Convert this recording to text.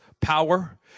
power